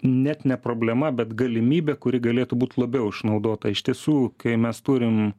net ne problema bet galimybė kuri galėtų būt labiau išnaudota iš tiesų kai mes turim